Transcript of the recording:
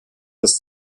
das